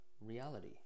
reality